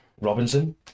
Robinson